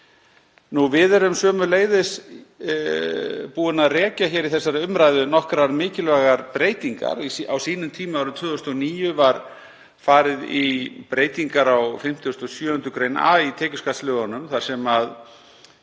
Við erum sömuleiðis búin að rekja hér í þessari umræðu nokkrar mikilvægar breytingar. Á sínum tíma, árið 2009, var farið í breytingar á 57. gr. a í tekjuskattslögunum þar sem